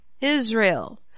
Israel